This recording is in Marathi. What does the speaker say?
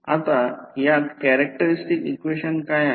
आता यात कॅरेक्टरस्टिक्स इक्वेशन काय आहे